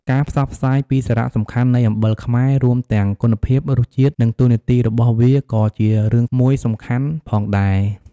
ការផ្សព្វផ្សាយពីសារៈសំខាន់នៃអំបិលខ្មែរ រួមទាំងគុណភាព រសជាតិ និងតួនាទីរបស់វាក៏ជារឿងមួយសំខាន់ផងដែរ។